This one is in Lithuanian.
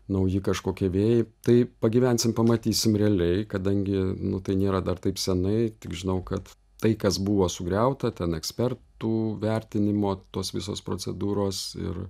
nauji kažkokie vėjai tai pagyvensim pamatysim realiai kadangi nu tai nėra dar taip senai tik žinau kad tai kas buvo sugriauta ten ekspertų vertinimo tos visos procedūros ir